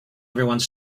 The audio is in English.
everyone